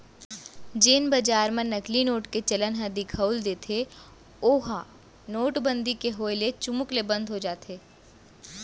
जेन बजार म नकली नोट के चलन ह दिखउल देथे ओहा नोटबंदी के होय ले चुमुक ले बंद हो जाथे